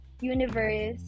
universe